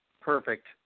Perfect